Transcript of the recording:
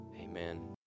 Amen